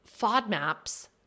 FODMAPs